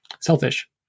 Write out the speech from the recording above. selfish